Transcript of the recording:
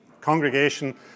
congregation